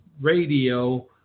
radio